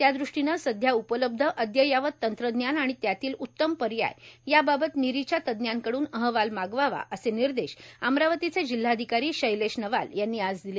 त्या दृष्टीने सध्या उपलब्ध अद्ययावत तंत्रज्ञान आणि त्यातील उतम पर्याय याबाबत नीरीच्या तज्ज्ञांकडून अहवाल मागवावा असे निर्देश अमरावतीचे जिल्हाधिकारी शैलेश नवाल यांनी आज दिले